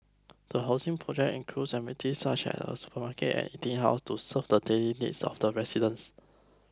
the housing project includes such as a supermarket and eating house to serve the daily needs of the residents